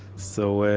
so, ah